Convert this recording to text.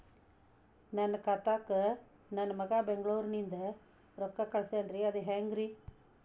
ನನ್ನ ಖಾತಾಕ್ಕ ನನ್ನ ಮಗಾ ಬೆಂಗಳೂರನಿಂದ ರೊಕ್ಕ ಕಳಸ್ತಾನ್ರಿ ಅದ ಹೆಂಗ್ರಿ?